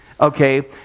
Okay